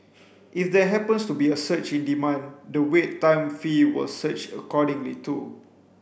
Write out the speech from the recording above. if there happens to be a surge in demand the Wait Time fee will surge accordingly too